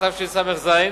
התשס"ז 2007,